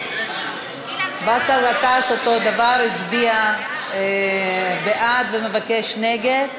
באסל גטאס אותו דבר, הצביע בעד ומבקש נגד.